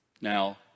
Now